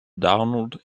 donald